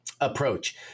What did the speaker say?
approach